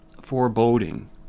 foreboding